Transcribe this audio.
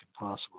impossible